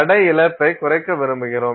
எடை இழப்பைக் குறைக்க விரும்புகிறோம்